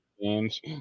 games